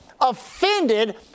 offended